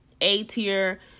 A-tier